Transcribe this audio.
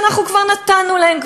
שאנחנו כבר נתנו להן,